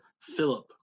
Philip